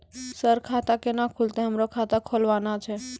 Sir खाता केना खुलतै, हमरा खाता खोलवाना छै?